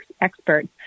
experts